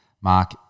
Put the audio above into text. mark